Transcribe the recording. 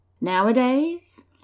Nowadays